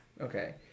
Okay